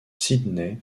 sidney